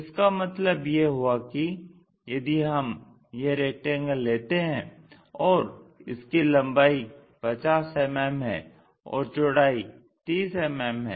इसका मतलब यह हुआ कि यदि हम यह रेक्टेंगल लेते हैं और इसकी लम्बाई 50 mm है और चौड़ाई 30 mm है